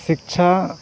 ᱥᱤᱠᱪᱷᱟ